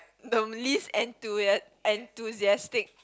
the least enthus~ enthusiastic